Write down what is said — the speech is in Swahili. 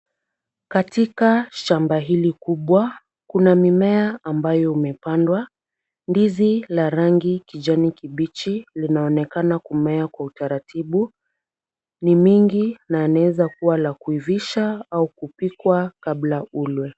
Katika shamba hili kubwa, kuna mimea ambayo umepandwa. Ndiizi la rangi kijani kibichi linaonekana kumea kwa utaratibu, ni mingi na naweza kuwa la kuivisha au kupikwa kabla ulwe.